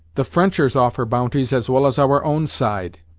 the frenchers offer bounties as well as our own side,